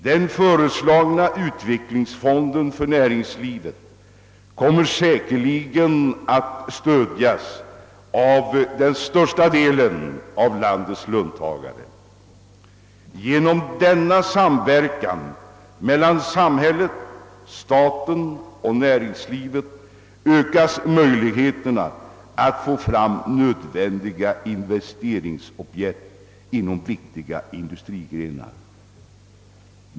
Den föreslagna utvecklingsfonden för näringslivet kommer säkerligen att stödjas av största delen av landets löntagare. Tack vare denna samverkan mellan staten, samhället och näringslivet ökas möjligheterna att få fram nödvän diga investeringsobjekt inom viktiga industrigrenar.